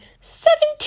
Seventeen